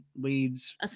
leads